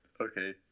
Okay